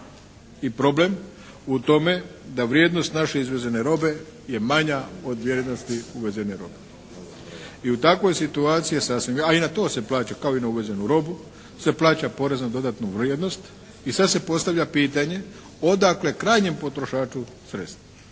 i problem u tome da vrijednost naše izvezene robe je manja od vrijednosti uvezene robe. I u takvoj situaciji je sasvim, a i na to se plaća kao i na uvezenu robu se plaća porez na dodatnu vrijednost i sada se postavlja pitanje odakle krajnjem potrošaču sredstva